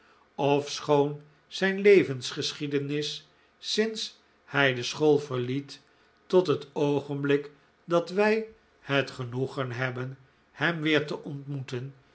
ofschoon zijn levensgeschiedenis sinds hij de school verliet tot het oogenblik dat wij het genoegen hebben hem weer te ontmoeten